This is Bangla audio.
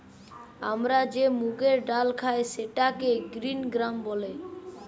আমরা যে মুগের ডাল খাই সেটাকে গ্রিন গ্রাম বলে